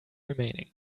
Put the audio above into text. remaining